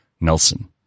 Nelson